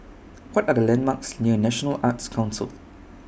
What Are The landmarks near National Arts Council